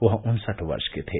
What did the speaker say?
वह उन्सठ वर्ष के थे